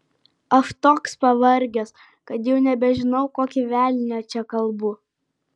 aš toks pavargęs kad jau nebežinau kokį velnią čia kalbu